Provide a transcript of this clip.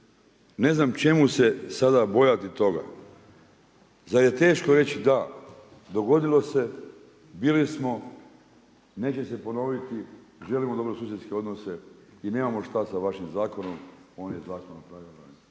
Ne znam čemu se sada bojati toga? Zar je teško reći da, dogodilo se, bili smo, neće se ponoviti, želimo dobrosusjedske odnose i nemamo šta sa vašim zakonom, on je tako napravljen